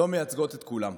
לא מייצגים את כולם,